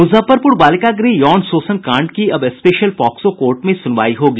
मुजफ्फरपुर बालिका गृह यौन शोषण कांड की अब स्पेशल पॉक्सो कोर्ट में सुनवाई होगी